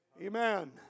Amen